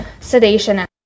sedation